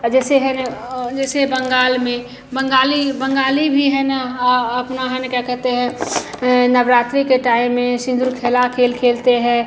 और जैसे है ना जैसे बंगाल में बंगाली बंगाली भी है ना अपना है ना क्या कहते हैं नवरात्रि के टाइम में सिंदूर खेला खेल खेलते हैं